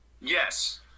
Yes